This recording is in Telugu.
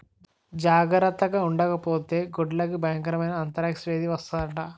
జార్తగుండకపోతే గొడ్లకి బయంకరమైన ఆంతరాక్స్ వేది వస్తందట